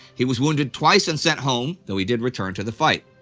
he was wounded twice and sent home, though he did return to the fight.